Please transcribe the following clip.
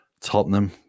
Tottenham